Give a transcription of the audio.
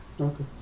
Okay